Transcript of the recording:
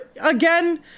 again